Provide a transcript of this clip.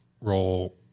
role